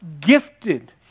gifted